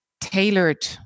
tailored